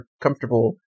comfortable